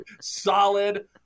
solid